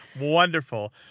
Wonderful